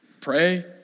Pray